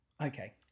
Okay